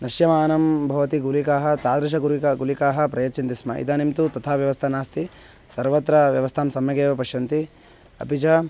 नश्यमानं भवति गुलिकाः तादृशगुलिकाः गुलिकाः प्रयच्छन्ति स्म इदानीं तु तथा व्यवस्था नास्ति सर्वत्र व्यवस्थां सम्यगेव पश्यन्ति अपि च